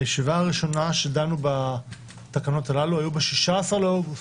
הישיבה הראשונה שדנו בתקנות הללו הייתה ב-16 באוגוסט.